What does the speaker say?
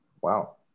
Wow